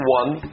one